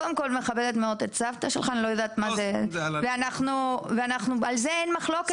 קודם כל אני מכבדת מאוד את סבתא שלך ועל זה אין מחלוקת.